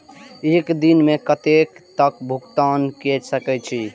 एक दिन में कतेक तक भुगतान कै सके छी